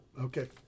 Okay